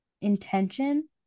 intention